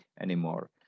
anymore